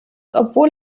obwohl